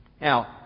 Now